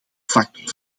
factor